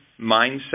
mindset